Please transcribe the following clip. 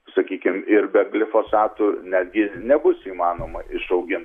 sakykim ir be glofosastų netgi nebus įmanoma išaugint